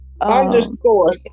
Underscore